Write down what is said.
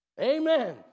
Amen